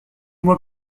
mois